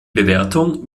bewertung